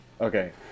Okay